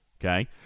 Okay